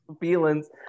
feelings